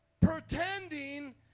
pretending